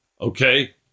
okay